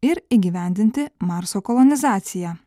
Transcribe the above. ir įgyvendinti marso kolonizaciją